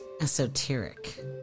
esoteric